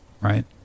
right